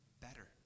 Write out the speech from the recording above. better